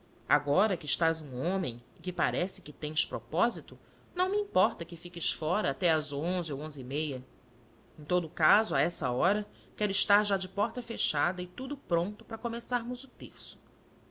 agora que estás um homem e que parece que tens propósito não me importa que fiques fora até às onze ou onze e meia em todo o caso a essa hora quero estar já de porta fechada e tudo pronto para começarmos o terço